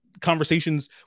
conversations